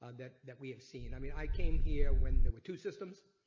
um that that we have seen i mean i came here when there were two systems,